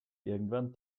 irgendwann